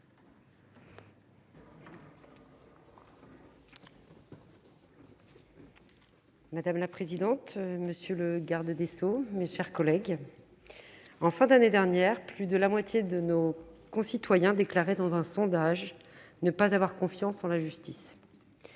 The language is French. Madame la présidente, monsieur le garde des sceaux, mes chers collègues, en fin d'année dernière, plus de la moitié de nos concitoyens déclaraient dans un sondage ne pas avoir confiance en la justice.